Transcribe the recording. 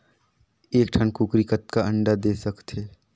एक ठन कूकरी कतका अंडा दे सकथे?